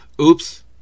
Oops